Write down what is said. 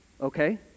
okay